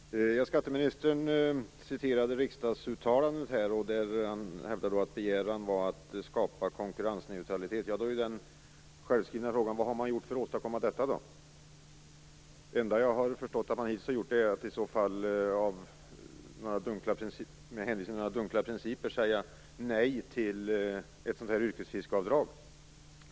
Herr talman! Skatteministern citerade riksdagsuttalandet och hävdade att begäran var att skapa konkurrensneutralitet. Den självskrivna frågan blir: Vad har regeringen gjort för att åstadkomma det? Jag har förstått att det enda man hittills har gjort är att man, med hänvisning till några dunkla principer, har sagt nej till ett skatteavdrag för yrkesfiskare.